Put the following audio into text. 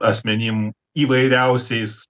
asmenim įvairiausiais